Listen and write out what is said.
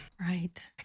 Right